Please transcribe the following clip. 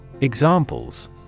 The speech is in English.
Examples